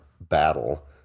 battle